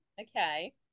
Okay